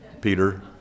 Peter